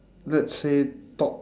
let's say top~